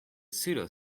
pseudo